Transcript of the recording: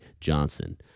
Johnson